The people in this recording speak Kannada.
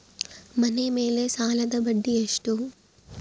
ಮನೆ ಮೇಲೆ ಸಾಲದ ಬಡ್ಡಿ ಎಷ್ಟು?